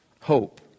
hope